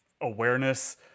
awareness